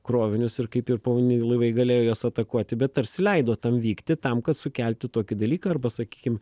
krovinius ir kaip ir povandeniniai laivai galėjo juos atakuoti bet tarsi leido tam vykti tam kad sukelti tokį dalyką arba sakykim